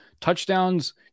touchdowns